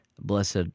blessed